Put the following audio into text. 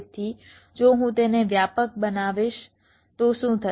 તેથી જો હું તેને વ્યાપક બનાવીશ તો શું થશે